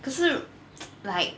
可是 like